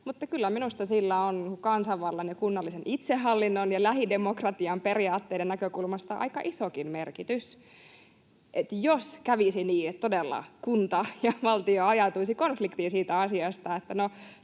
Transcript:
mutta kyllä minusta sillä on kansanvallan ja kunnallisen itsehallinnon ja lähidemokratian periaatteiden näkökulmasta aika isokin merkitys. Jos todella kävisi niin, että kunta ja valtio ajautuisivat konfliktiin siitä asiasta,